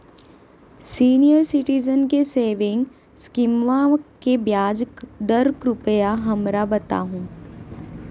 senior citizen के saving स्कीमवा के ब्याज दर कृपया हमरा बताहो